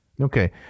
Okay